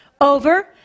over